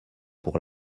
pour